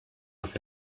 with